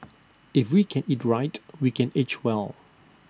if we can eat right we can age well